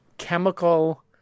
chemical